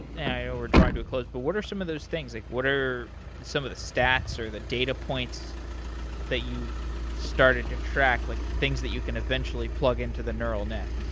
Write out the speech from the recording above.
yeah we're drawing to a close, but what are some of those things. like what are some of the states or the data points that you've started to track, like things that you can eventually plug in to the neural net?